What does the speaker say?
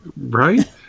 Right